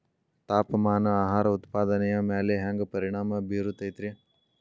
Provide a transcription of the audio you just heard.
ತಾಪಮಾನ ಆಹಾರ ಉತ್ಪಾದನೆಯ ಮ್ಯಾಲೆ ಹ್ಯಾಂಗ ಪರಿಣಾಮ ಬೇರುತೈತ ರೇ?